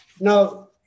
Now